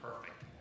perfect